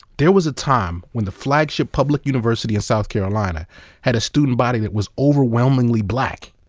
there was a time when the flagship public university in south carolina had a student body that was overwhelmingly black.